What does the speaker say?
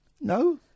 No